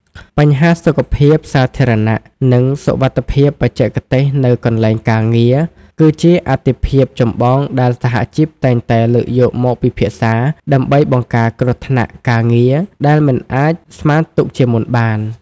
បញ្ហាសុខភាពសាធារណៈ និងសុវត្ថិភាពបច្ចេកទេសនៅកន្លែងការងារ គឺជាអាទិភាពចម្បងដែលសហជីពតែងតែលើកយកមកពិភាក្សា ដើម្បីបង្ការគ្រោះថ្នាក់ការងារដែលមិនអាចស្មានទុកជាមុនបាន។